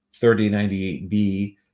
3098b